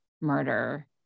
murder